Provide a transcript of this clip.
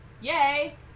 yay